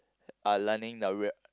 uh learning the rea~